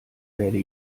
werde